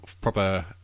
proper